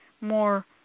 more